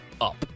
up